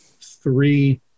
three